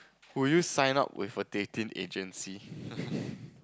will you sign up with a dating agency